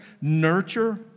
nurture